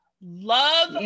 love